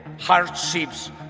hardships